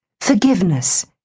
forgiveness